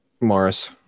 Morris